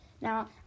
now